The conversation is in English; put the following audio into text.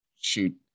shoot